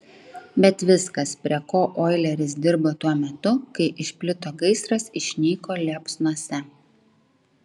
bet viskas prie ko oileris dirbo tuo metu kai išplito gaisras išnyko liepsnose